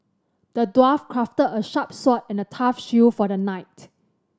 the dwarf crafted a sharp sword and a tough shield for the knight